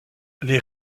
les